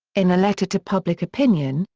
in a letter to public opinion,